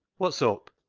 wot's up?